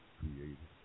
created